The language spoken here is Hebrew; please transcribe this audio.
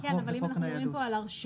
כן אבל אם אנחנו מדברים פה על הרשאה